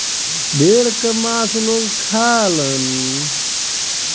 भेड़ क मांस लोग खालन